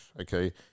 Okay